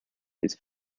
his